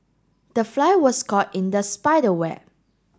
the fly was caught in the spider web